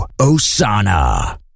Osana